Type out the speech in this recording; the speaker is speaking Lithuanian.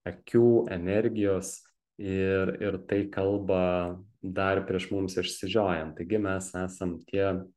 akių energijos ir ir tai kalba dar prieš mums išsižiojant taigi mes esam tie